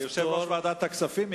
יושב-ראש ועדת הכספים הגיע,